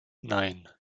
nein